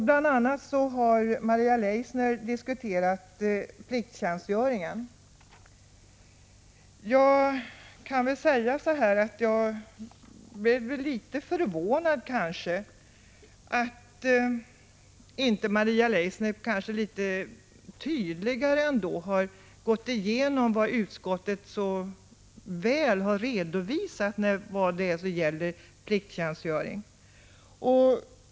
Bl.a. har Maria Leissner diskuterat plikttjänstgöringen. Jag blev något förvånad över att Maria Leissner inte mer noggrant gått igenom det som utskottet så väl har redovisat om plikttjänstgöring.